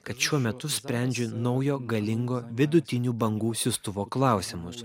kad šiuo metu sprendžiu naujo galingo vidutinių bangų siųstuvo klausimus